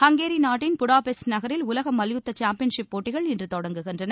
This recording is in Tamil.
ஹங்கேரி நாட்டின் பூடாபெஸ்ட் நகரில் உலக மல்யுத்த சாம்பியன்ஷிப் போட்டிகள் இன்று தொடங்குகின்றன